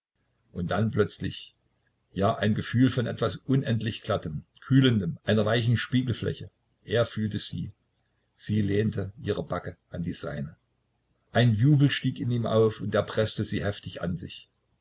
und dann plötzlich ja ein gefühl von etwas unendlich glattem kühlendem einer weichen spiegelfläche er fühlte sie sie lehnte ihre backe an die seine ein jubel stieg in ihm auf und er preßte sie heftig an sich